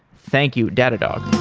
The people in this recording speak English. thank you, datadog.